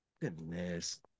Goodness